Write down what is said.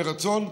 ברצון,